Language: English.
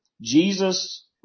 Jesus